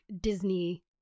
Disney